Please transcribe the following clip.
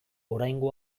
oraingo